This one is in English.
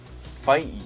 Fight